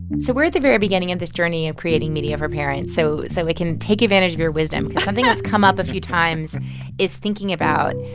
so we're at the very beginning of this journey of creating media for parents, so so we can take advantage of your wisdom. cause something that's come up a few times is thinking about